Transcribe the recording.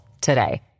today